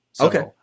Okay